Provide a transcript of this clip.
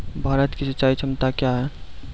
भारत की सिंचाई क्षमता क्या हैं?